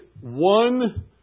one